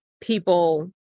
people